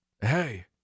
Hey